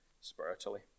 spiritually